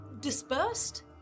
dispersed